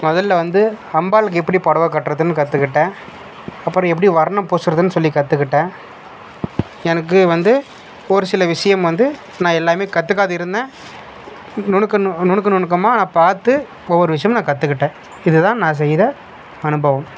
மொதலில் வந்து அம்பாளுக்கு எப்படி புடவை கட்டுறதுன்னு கற்றுக்கிட்டேன் அப்புறம் எப்படி வர்ணம் பூசுறதுன்னு சொல்லி கற்றுக்கிட்டேன் எனக்கு வந்து ஒருசில விஷயம் வந்து நான் எல்லாமே கற்றுக்காது இருந்தேன் நுணுக்க நுணுக்க நுணுக்கமாக நான் பார்த்து ஒவ்வொரு விஷயமும் நான் கற்றுக்கிட்டேன் இதுதான் நான் செய்த அனுபவம்